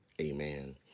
amen